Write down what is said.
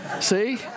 See